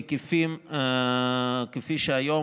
בהיקפים כפי שהיום,